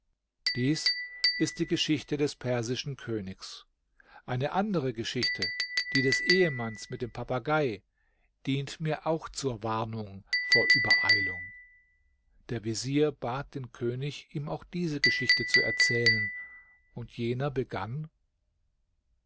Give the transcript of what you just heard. dies ist die geschichte des persischen königs eine andere geschichte die des ehemanns mit dem papagei dient mir auch zur warnung vor übereilung der vezier bat den könig ihm auch diese geschichte zu erzählen und jener begann